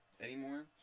anymore